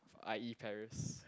I_E Paris